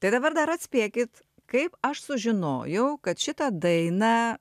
tai dabar dar atspėkit kaip aš sužinojau kad šitą dainą